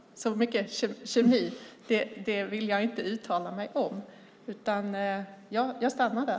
Så mycket kemi vill jag inte uttala mig om. Jag stannar där.